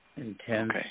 intense